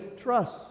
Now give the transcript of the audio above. trust